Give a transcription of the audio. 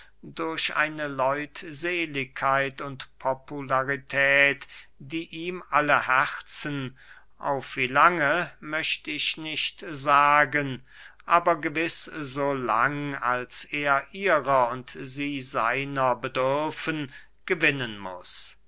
durch eine leutseligkeit und popularität die ihm alle herzen auf wie lange möcht ich nicht sagen aber gewiß so lang als er ihrer und sie seiner bedürfen gewinnen muß